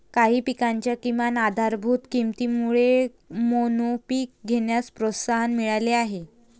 काही पिकांच्या किमान आधारभूत किमतीमुळे मोनोपीक घेण्यास प्रोत्साहन मिळाले आहे